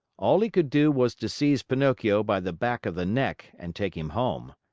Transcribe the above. all he could do was to seize pinocchio by the back of the neck and take him home.